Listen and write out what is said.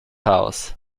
house